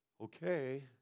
okay